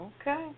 Okay